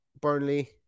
Burnley